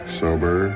sober